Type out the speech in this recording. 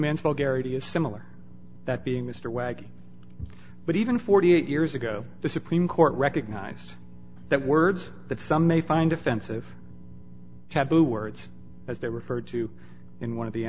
man's vulgarity is similar that being mr wagner but even forty eight years ago the supreme court recognized that words that some may find offensive taboo words as they referred to in one of the